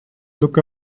look